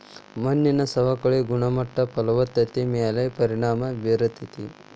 ಮಣ್ಣಿನ ಸವಕಳಿ ಗುಣಮಟ್ಟ ಫಲವತ್ತತೆ ಮ್ಯಾಲ ಪರಿಣಾಮಾ ಬೇರತತಿ